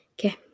Okay